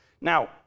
Now